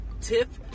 tip